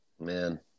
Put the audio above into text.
man